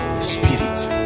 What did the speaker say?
Spirit